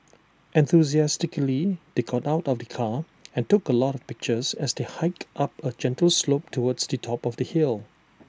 enthusiastically they got out of the car and took A lot of pictures as they hiked up A gentle slope towards Di top of the hill